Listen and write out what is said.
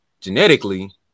genetically